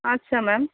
আচ্ছা ম্যাম